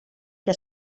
que